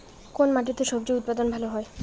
কোন মাটিতে স্বজি উৎপাদন ভালো হয়?